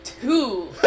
two